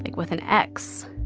like with an x